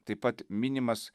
taip pat minimas